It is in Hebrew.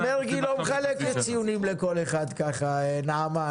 וחבר הכנסת מרגי לא מחלק ציונים לכל אחד כך, נעמה.